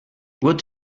what